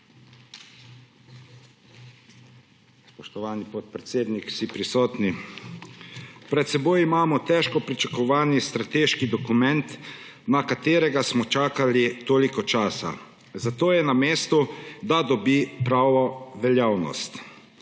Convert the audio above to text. Spoštovani podpredsednik, vsi prisotni! Pred seboj imamo težko pričakovani strateški dokument, na katerega smo čakali toliko časa, zato je na mestu, da dobi pravo veljavnost.